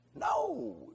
No